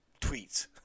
tweets